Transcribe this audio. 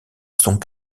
sont